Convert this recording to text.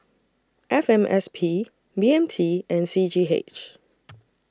F M S P B M T and C G H